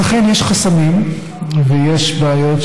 אז אכן יש חסמים ויש בעיות,